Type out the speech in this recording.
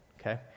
okay